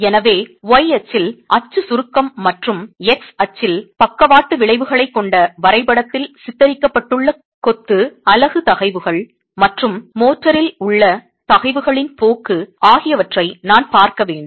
எனவே y அச்சில் அச்சு சுருக்கம் மற்றும் x அச்சில் பக்கவாட்டு விளைவுகளைக் கொண்ட வரைபடத்தில் சித்தரிக்கப்பட்டுள்ள கொத்து அலகு தகைவுகள் மற்றும் மோர்டரில் உள்ள தகைவுகளின் போக்கு ஆகியவற்றை நான் பார்க்க வேண்டும்